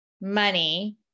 money